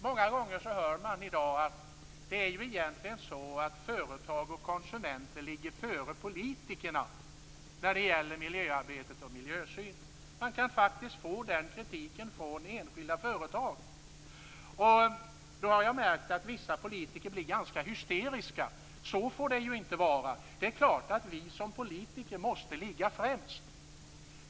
Många gånger hör man i dag att egentligen ligger företag och konsumenter före politikerna när det gäller miljöarbetet och miljösynen. Man kan faktiskt få den kritiken från enskilda företag. Jag har då märkt att vissa politiker blir ganska hysteriska och säger att så får det ju inte vara och att det är klart att vi som politiker måste ligga främst.